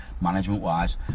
management-wise